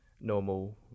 normal